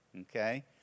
okay